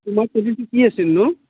তোমাৰ টপিকটো কি আছিলনো